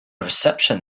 reception